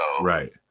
right